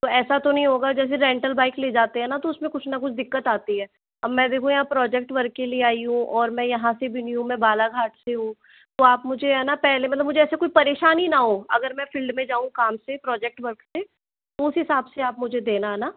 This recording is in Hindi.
तो ऐसा तो नहीं होगा जैसे रेंटल बाइक ले जाते हैं ना तो उसमें कुछ ना कुछ दिक्कत आती है अब मैं देखो यहाँ प्रोजेक्ट वर्क के लिए आई हूँ और मैं यहाँ से भी नहीं हू मैं बालाघाट से हूँ तो आप मुझे है ना पहले मतलब मुझे ऐसे कोई परेशानी ना हो अगर मैं फिल्ड में जाऊँ कम से प्रोजेक्ट वर्क से उस हिसाब से आप मुझे देना ना